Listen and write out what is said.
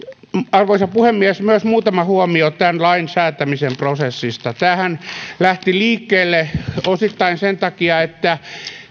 arvoisa puhemies myös muutama huomio tämän lain säätämisprosessista tämähän lähti liikeelle osittain sen takia että